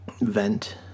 vent